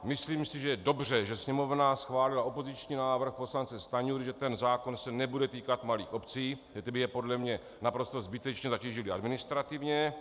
Myslím si, že je dobře, že Sněmovna schválila opoziční návrh poslance Stanjury, že ten zákon se nebude týkat malých obcí, protože by je naprosto zbytečně zatížil administrativně.